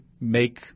make